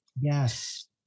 Yes